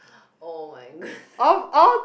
oh my goodness